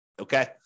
Okay